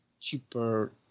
cheaper